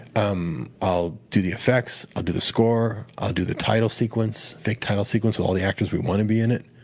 um i'll do the effects, i'll do the score, i'll do the title sequence, fake title sequence with all the actors we want to be in it.